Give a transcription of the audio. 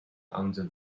under